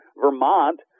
Vermont